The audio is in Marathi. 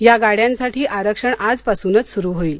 या गाड्यांसाठी आरक्षण आजपासूनच सुरू होईल